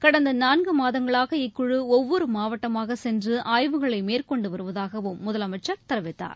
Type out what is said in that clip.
கடந்த நான்கு மாதங்களாக இக்குழு ஒவ்வொரு மாவட்டமாகச் சென்று ஆய்வுகளை மேற்கொண்டு வருவதாகவும் முதலமைச்சர் தெரிவித்தார்